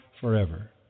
forever